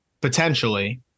potentially